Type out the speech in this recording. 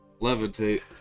levitate